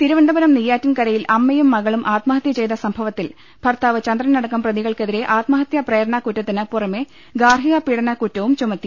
തിരുവനന്തപുരം നെയ്യാറ്റിൻകരയിൽ അമ്മയും മകളും ആത്മ ഹത്യചെയ്ത സംഭവത്തിൽ ഭർത്താവ് ചൂന്ദ്രനടക്ക്ം പ്രതികൾക്കെ തിരെ ആത്മഹത്യാ പ്രേരണകുറ്റത്തിന് പുറക്കെ ഗാർഹികപീഡന കുറ്റവും ചുമത്തി